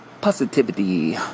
positivity